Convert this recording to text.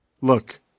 look